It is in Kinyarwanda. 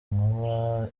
inkuba